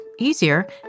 easier